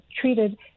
treated